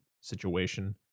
situation